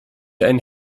einen